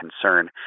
concern